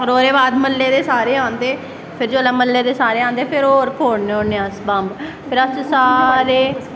ओह्दे बाद म्ह्ल्ले दो सारे आंदे फिर जिसलै म्ह्ल्ले दे सारे आंदे फिर होर फोड़ने होन्ने अस बंब फिर अस सारे